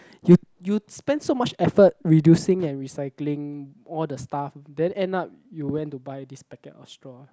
you you spend so much effort reducing and recycling all the stuff then end up you went to buy this packet of straw